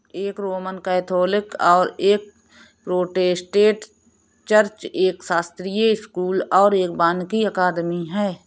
एक Roman Catholic और एक प्रोटेस्टेंट चर्च, एक शास्त्रीय स्कूल और वानिकी अकादमी है